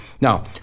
Now